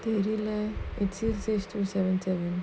தெரில:therila it's it's just two seven seven